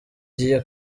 gihe